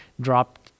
dropped